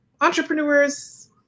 entrepreneurs